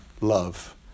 love